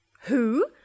Who